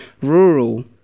rural